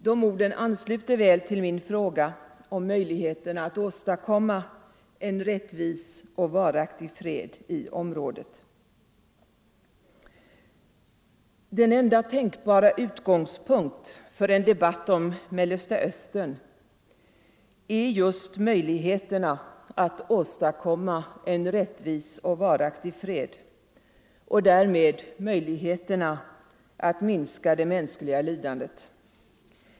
De orden ansluter väl till min fråga om ”möjligheterna att åstadkomma en rättvis och varaktig fred i området”. Den enda tänkbara utgångspunkten för en debatt om Mellersta Östern är just möjligheterna att åstadkomma en rättvis och varaktig fred — och därmed möjligheterna att minska det mänskliga lidandet.